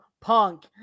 Punk